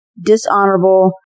dishonorable